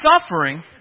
Suffering